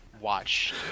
watch